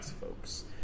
folks